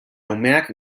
umeak